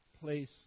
place